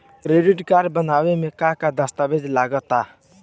Credit card बनवावे म का का दस्तावेज लगा ता?